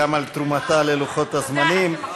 גם על תרומתה ללוחות-הזמנים.